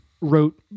wrote